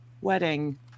wedding